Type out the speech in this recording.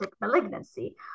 malignancy